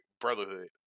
Brotherhood